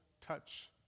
touch